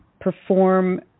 perform